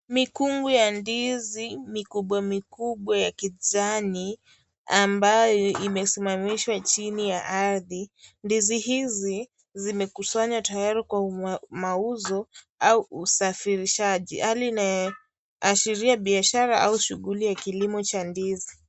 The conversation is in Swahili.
Mikungu ya ndizi mikubwa mikubwa ya kijani ambayo imesimamishwa chini ya ardhi. Ndizi hizi zimekusanywa tayari kwa mauzo au usafirishaji. Hii inaashiria biashara au shughuli ya kilimo cha ndizi.